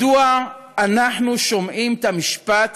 מדוע אנחנו שומעים את המשפט